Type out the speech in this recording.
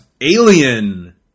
Alien